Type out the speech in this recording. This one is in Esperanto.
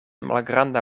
malgranda